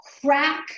crack